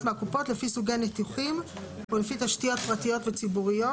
מהקופות לפי סוגי ניתוחים ולפי תשתיות פרטיות וציבוריות,